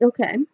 Okay